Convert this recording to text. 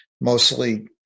mostly